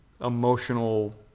emotional